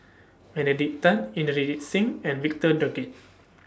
Benedict Tan Inderjit Singh and Victor Doggett